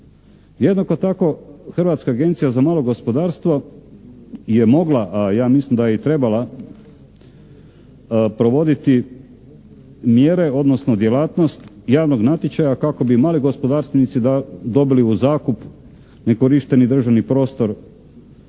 Jednako tako Hrvatska agencija za malo gospodarstvo je mogla, a ja mislim da je i trebala, provoditi mjere odnosno djelatnost javnog natječaja kako bi mali gospodarstvenici dobili u zakup nekorišteni državni prostor